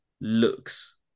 looks